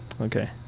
Okay